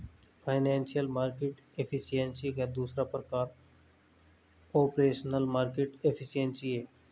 financial market efficiency का दूसरा प्रकार ऑपरेशनल मार्केट एफिशिएंसी है